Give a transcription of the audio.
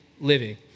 living